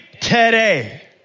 Today